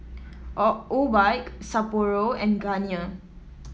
Obike Sapporo and Garnier